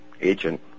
agent